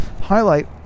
highlight